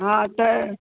हा त